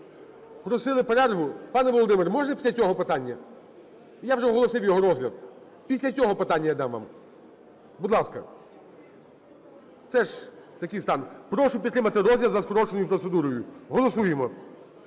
Просили перерву. Пане Володимир, можна після цього питання? Я вже оголосив його розгляд. Після цього питання я дам вам. Будь ласка, це ж такий стан. Прошу підтримати розгляд за скороченою процедурою. Голосуємо.